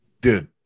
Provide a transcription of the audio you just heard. Dude